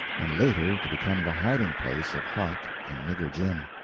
and later to become the hiding-place of huck and nigger jim.